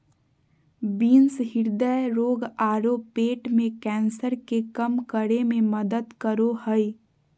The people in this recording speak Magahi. बीन्स हृदय रोग आरो पेट के कैंसर के कम करे में मदद करो हइ